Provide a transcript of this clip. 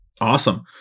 Awesome